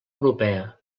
europea